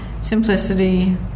simplicity